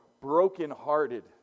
brokenhearted